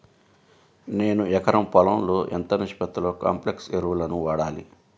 నేను ఎకరం పొలంలో ఎంత నిష్పత్తిలో కాంప్లెక్స్ ఎరువులను వాడాలి?